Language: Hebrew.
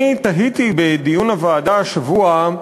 אני תהיתי בדיון הוועדה השבוע,